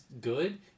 good